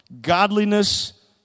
Godliness